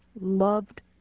loved